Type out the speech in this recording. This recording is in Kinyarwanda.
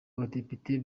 abadepite